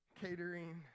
catering